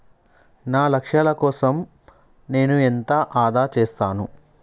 నా లక్ష్యాల కోసం నేను ఎంత ఆదా చేస్తాను?